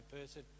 person